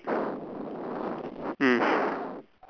mm